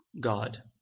God